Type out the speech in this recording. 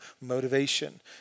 motivation